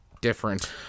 different